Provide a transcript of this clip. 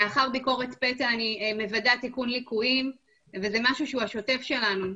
לאחר ביקורת פתע אני מוודאת תיקון ליקויים וזה משהו שהוא השוטף שלנו.